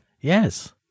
Yes